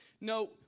No